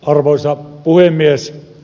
arvoisa puhemies